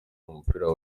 umupira